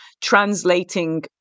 translating